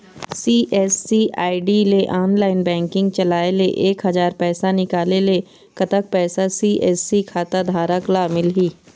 CSC ID ले online banking चलाए ले एक हजार पैसा निकाले ले कतक पैसा सी.एस.सी खाता धारक ला मिलही?